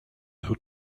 who